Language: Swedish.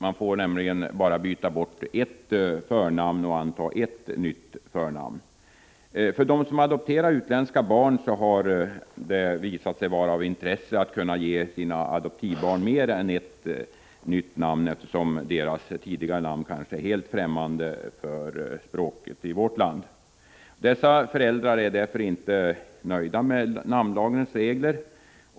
Man får bara byta bort ert förnamn och anta ett nytt förnamn. För dem som adopterar utländska barn har det visat sig vara av intresse att kunna ge sitt adoptivbarn mer än ett nytt namn, eftersom deras tidigare namn kanske är helt främmande för språket i vårt land. Dessa föräldrar är därför inte nöjda med namnlagens regler.